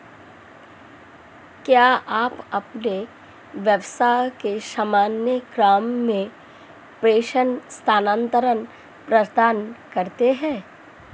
क्या आप अपने व्यवसाय के सामान्य क्रम में प्रेषण स्थानान्तरण प्रदान करते हैं?